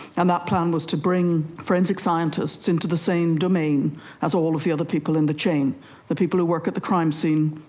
and that plan was to bring forensic scientists into the same domain as all of the other people in the chain the people who work at the crime scene,